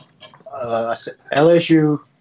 LSU